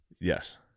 Yes